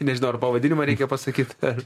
nežinau ar pavadinimą reikia pasakyt ar